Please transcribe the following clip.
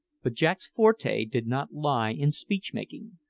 but jack's forte did not lie in speech-making,